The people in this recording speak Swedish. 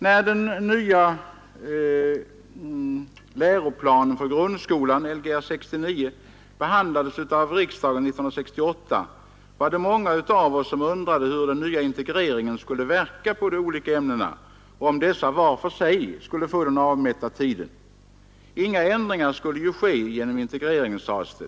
När den nya läroplanen för grundskolan, Lgr 69, behandlades av riksdagen 1968, var det många av oss som undrade hur den nya integreringen skulle verka på de olika ämnena, och om dessa vart för sig skulle få den avmätta tiden. Inga ändringar skulle ju ske genom integreringen, sades det.